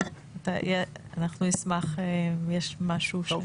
אנחנו נשמח אם יש משהו לשמוע.